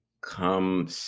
come